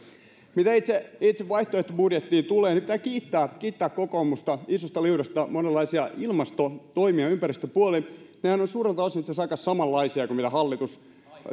mitä itse vaihtoehtobudjettiin tulee niin pitää kiittää kokoomusta isosta liudasta monenlaisia ilmastotoimia ympäristöpuolella nehän ovat suurelta osin itse asiassa aika samanlaisia kuin mitä hallitus